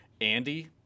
Andy